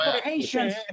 Patience